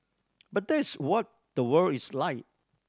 but that's what the world is like